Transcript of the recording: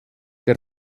der